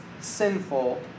sinful